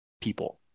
people